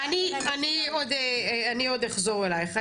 טוב, אני עוד אחזור אלייך.